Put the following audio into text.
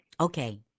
Okay